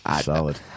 Solid